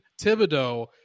Thibodeau